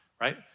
right